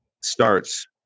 starts